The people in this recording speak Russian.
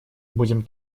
будем